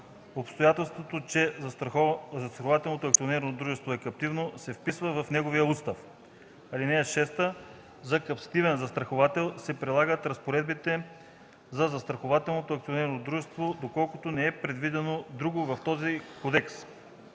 Обстоятелството, че застрахователно акционерно дружество е каптивно, се вписва в неговия устав. (6) За каптивен застраховател се прилагат разпоредбите за застрахователното акционерно дружество, доколкото не е предвидено друго в този кодекс.”